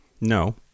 no